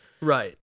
Right